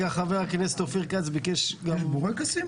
יש תקציב לבורקסים?